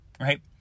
right